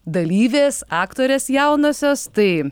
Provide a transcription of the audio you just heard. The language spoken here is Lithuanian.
dalyvės aktorės jaunosios tai